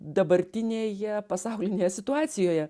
dabartinėje pasaulinėje situacijoje